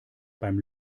beim